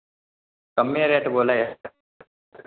कम्मे रेट बोलै हइ